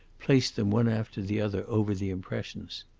placed them one after the other over the impressions.